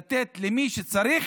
לתת למי שצריך